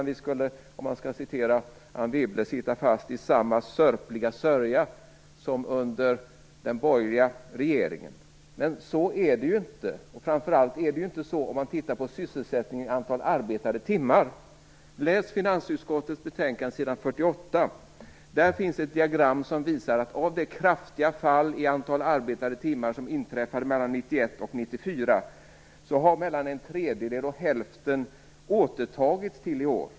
Vi skulle, säger Anne Wibble, sitta fast i samma sörpliga sörja som under den borgerliga regeringen. Men så är det inte - framför allt inte om man tittar på sysselsättningen i antal arbetade timmar. Läs finansutskottets betänkande s. 48! Där finns det ett diagram som visar att mellan en tredjedel och hälften av det kraftiga fall i antalet arbetade timmar som inträffade mellan 1991 och 1994 har återtagits till i år.